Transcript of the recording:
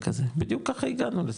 בדיוק ככה הגענו לזה.